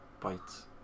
bites